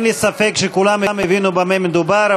אין לי ספק שכולם הבינו במה מדובר,